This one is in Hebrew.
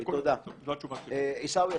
65%. עיסאווי,